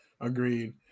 Agreed